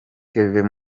kevin